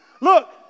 Look